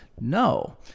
No